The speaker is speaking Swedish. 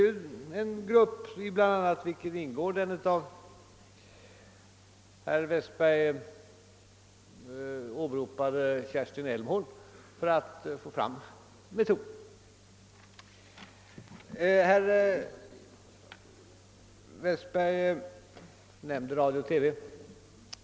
En arbetsgrupp, i vilken ingår bland annat den av herr Westberg åberopade Kerstin Elmhorn, sysslar för närvarande med att försöka få fram metoder.